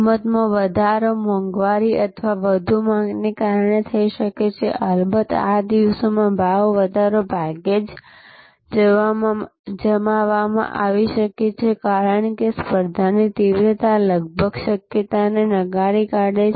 કિંમતમાં વધારો મોંઘવારી અથવા વધુ માંગને કારણે થઈ શકે છે અલબત્ત આ દિવસોમાં ભાવ વધારો ભાગ્યે જ જમાવવામાં આવી શકે છે કારણ કે સ્પર્ધાની તીવ્રતા લગભગ શક્યતાને નકારી કાઢે છે